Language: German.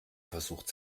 versucht